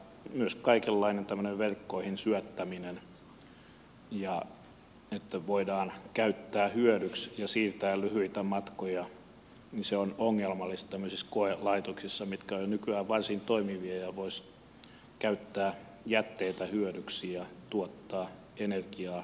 myös kaikenlainen tämmöinen verkkoihin syöttäminen ja se että voidaan käyttää hyödyksi ja siirtää lyhyitä matkoja on ongelmallista tämmöisissä koelaitoksissa mitkä ovat jo nykyään varsin toimivia ja voisivat käyttää jätteitä hyödyksi ja tuottaa energiaa edullisesti